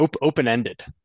open-ended